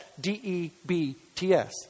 D-E-B-T-S